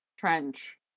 Trench